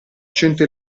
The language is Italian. cento